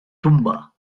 tumba